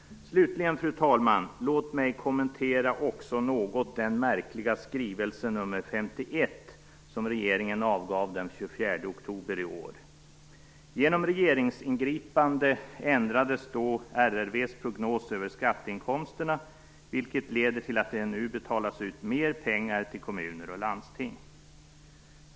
Fru talman! Låt mig slutligen också något kommentera den märkliga skrivelse nr 51 som regeringen avgav den 24 oktober i år. Genom regeringsingripande ändrades då RRV:s prognos över skatteinkomsterna, vilket leder till att det nu betalas ut mer pengar till kommuner och landsting.